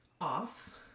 off